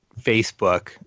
Facebook